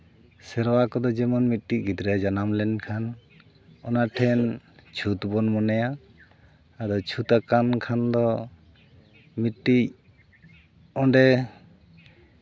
ᱮᱨᱣᱟ ᱠᱚᱫᱚ ᱡᱮᱢᱚᱱ ᱢᱤᱫᱴᱤᱡ ᱜᱤᱫᱽᱨᱟᱹᱭ ᱡᱟᱱᱟᱢ ᱞᱮᱱᱠᱷᱟᱱ ᱚᱱᱟ ᱴᱷᱮᱱ ᱪᱷᱩᱸᱛ ᱵᱚᱱ ᱢᱚᱱᱮᱭᱟ ᱟᱫᱚ ᱪᱷᱩᱸᱛ ᱟᱠᱟᱱ ᱠᱷᱟᱱ ᱫᱚ ᱢᱤᱫᱴᱤᱡ ᱚᱸᱰᱮ